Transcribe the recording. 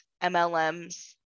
MLMs